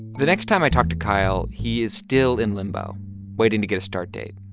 the next time i talked to kyle, he is still in limbo waiting to get a start date.